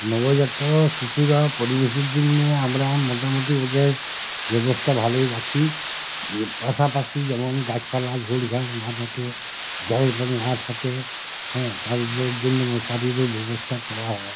নবজাতক শিশুরা পরিবেশের জন্যে আমরা মোটামোটি ওদের ব্যবস্থা ভালোই রাখি পাশাপাশি যেমন গাছপালা ঝোড় ঝাড় না থাকে জল টল না থাকে হ্যাঁ তাদের জন্য মশারিরও ব্যবস্থা করা হয়